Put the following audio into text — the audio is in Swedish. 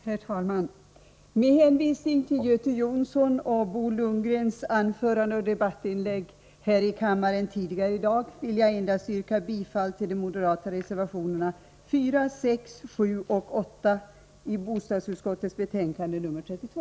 Herr talman! Med hänvisning till Göte Jonssons och Bo Lundgrens anföranden och debattinlägg tidigare i dag här i kammaren skall jag begränsa mig till att endast yrka bifall till de moderata reservationerna 4, 6, 7 och 8 i bostadsutskottets betänkande nr 32.